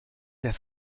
der